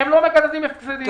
הם לא מקזזים הפסדים.